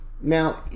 Now